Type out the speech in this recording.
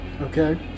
Okay